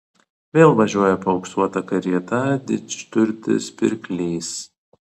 vėl važiuoja paauksuota karieta didžturtis pirklys